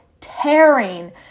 tearing